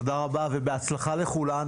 תודה רבה ובהצלחה לכולנו.